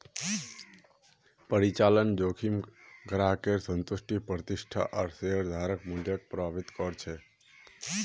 परिचालन जोखिम ग्राहकेर संतुष्टि प्रतिष्ठा आर शेयरधारक मूल्यक प्रभावित कर छेक